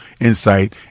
insight